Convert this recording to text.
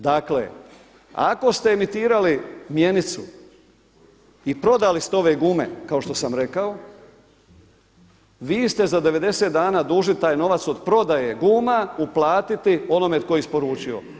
Dakle, ako ste emitirali mjenicu i prodali ste ove gume kao što sam rekao, vi ste za 90 dana dužni taj novac od prodaje guma uplatiti onome tko je isporučio.